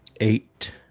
eight